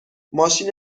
ماشین